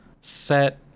set